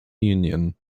union